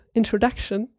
introduction